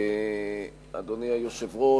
אדוני היושב-ראש,